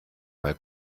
mal